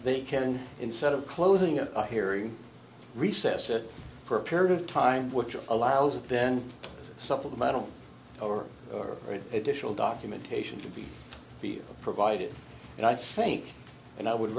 they can instead of closing a hearing recess or for a period of time which allows it then supplemental or additional documentation to be provided and i think and i would